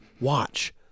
watch